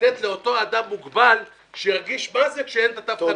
לתת לאותו אדם מוגבל שירגיש מה זה כשאין את תו החניה.